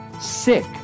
sick